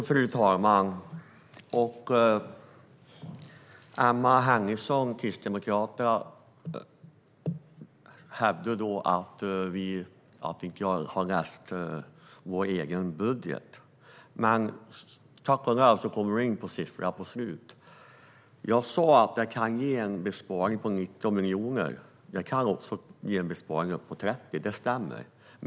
Fru talman! Emma Henriksson från Kristdemokraterna hävdar att jag inte har läst vår egen budget, men hon kom tack och lov in på siffrorna på slutet. Jag sa att det kan bli en besparing på 19 miljoner, men det stämmer att det också kan bli en besparing på 30.